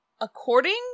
according